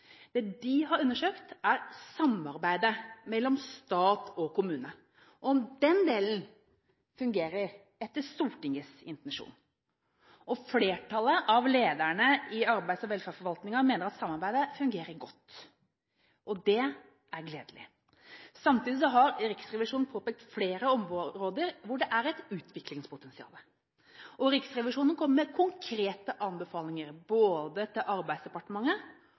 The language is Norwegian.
Det man har undersøkt, er samarbeidet mellom stat og kommune, om den delen fungerer etter Stortingets intensjoner. Flertallet av lederne i arbeids- og velferdsforvaltningen mener at samarbeidet fungerer godt, og det er gledelig. Samtidig har Riksrevisjonen påpekt flere områder hvor det er et utviklingspotensial, og Riksrevisjonen kommer med konkrete anbefalinger både til Arbeidsdepartementet